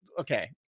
okay